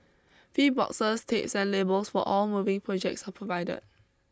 free boxes tapes and labels for all moving projects are provided